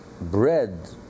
bread